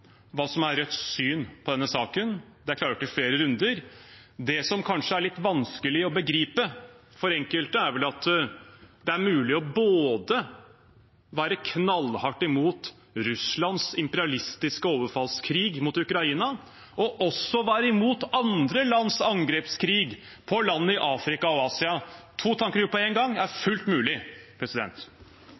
hva som er Rødts syn i denne saken. Det er klargjort i flere runder. Det som kanskje er litt vanskelig å begripe for enkelte, er vel at det er mulig å både være knallhardt imot Russlands imperialistiske overfallskrig mot Ukraina og også være imot andre lands angrepskrig på land i Afrika og Asia. To tanker i hodet på en gang er fullt mulig.